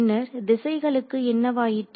பின்னர் திசைகளுக்கு என்னவாயிற்று